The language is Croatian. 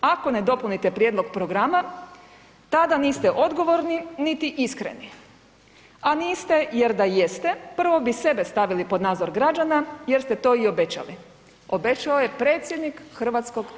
Ako ne dopunite prijedlog programa tada niste odgovorni niti iskreni, a niste jer da jeste prvo bi sebe stavili pod nadzor građana jer ste to i obećali, obećao je predsjednik HS.